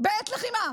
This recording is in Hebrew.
בעת לחימה.